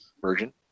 version